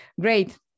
Great